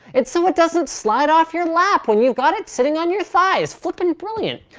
it's so it doesn't slide off your lap when you've got it sitting on your thighs. flipping brilliant!